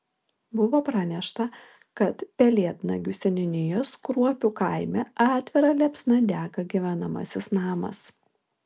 buvo pranešta kad pelėdnagių seniūnijos kruopių kaime atvira liepsna dega gyvenamasis namas